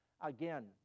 Again